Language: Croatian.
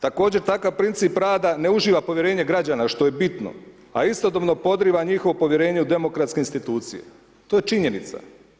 Također, takav princip rada ne uživa povjerenje građana što je bitno a istodobno podriva njihovo povjerenje u demokratske institucije, to je činjenica.